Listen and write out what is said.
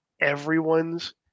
everyone's